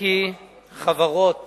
כי חברות